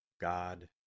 God